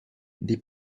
des